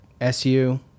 su